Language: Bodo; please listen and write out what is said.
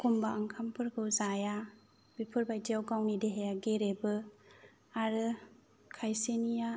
अखम्बा ओंखामफोरखौ जाया बेफोरबायदियाव गावनि देहाया गेरेबो आरो खायसेनिया